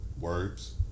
words